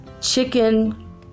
chicken